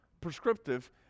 prescriptive